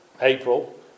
April